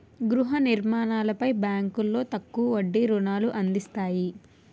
గృహ నిర్మాణాలపై బ్యాంకులో తక్కువ వడ్డీ రుణాలు అందిస్తాయి